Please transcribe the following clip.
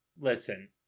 Listen